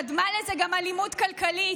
קדמה לזה גם אלימות כלכלית.